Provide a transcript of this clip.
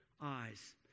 eyes